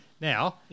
Now